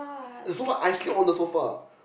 sofa I sleep on the sofa